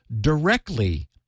directly